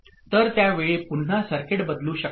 तर त्या वेळी पुन्हा सर्किट बदलू शकेल